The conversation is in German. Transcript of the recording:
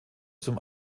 zum